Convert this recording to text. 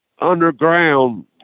underground